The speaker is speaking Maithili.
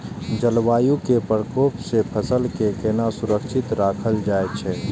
जलवायु के प्रकोप से फसल के केना सुरक्षित राखल जाय छै?